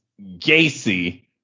Gacy